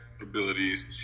abilities